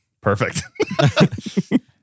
Perfect